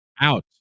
out